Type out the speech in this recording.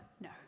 No